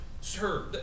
Sir